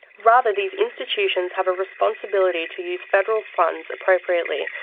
rather, these institutions have a responsibility to use federal funds appropriately,